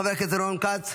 חבר הכנסת רון כץ,